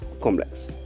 complex